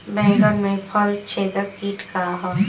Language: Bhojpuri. बैंगन में फल छेदक किट का ह?